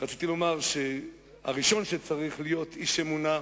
רציתי לומר שהראשון שצריך להיות איש אמונה,